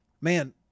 man